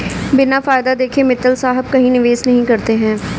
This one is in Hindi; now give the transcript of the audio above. बिना फायदा देखे मित्तल साहब कहीं निवेश नहीं करते हैं